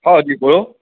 હાજી બોલો